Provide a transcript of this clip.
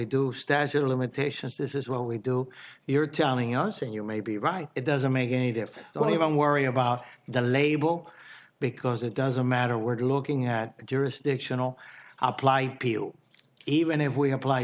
do statute of limitations this is what we do you're telling us and you may be right it doesn't make any difference don't even worry about the label because it doesn't matter we're looking at jurisdictional apply even if we appl